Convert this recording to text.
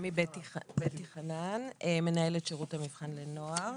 שמי בטי חנן, מנהלת שירות המבחן לנוער.